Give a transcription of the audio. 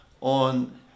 on